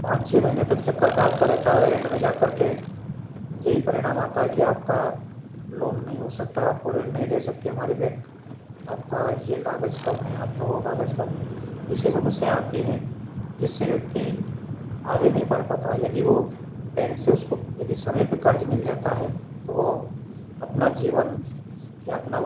पाँच छ महीने तक चक्कर काटता रहता है और एंड में जाकर के यही परिणाम आता है कि आपका लोन नहीं हो सकता आपको ऋण नहीं दे सकती हमारी बैंक आपका ये कागज कम है आपका वो कागज कम है ऐसी समस्या आती है जिससे व्यक्ति आगे नहीं बढ़ पाता है यदि वो बैंक से उसको यदि समय पे कर्ज मिल जाता है तो वो अपना जीवन या अपना